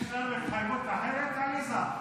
מכובדי היושב-ראש, חבריי חברי הכנסת,